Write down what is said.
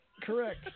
correct